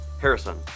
Harrison